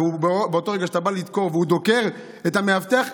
ובאותו רגע שאתה בא לדקור והוא דוקר את המאבטח,